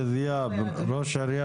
תודה רבה אדוני היושב ראש,